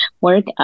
Work